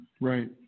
Right